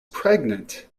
pregnant